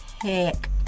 Heck